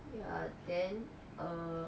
ya then err